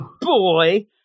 Boy